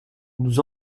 nous